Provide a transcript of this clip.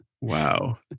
Wow